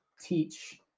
teach